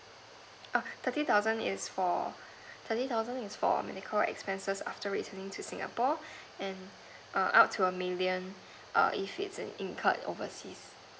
oh thirty thousand is for thirty thousand is for medical expenses after returning to singapore and err up to a million err if it's incurred overseas